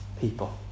people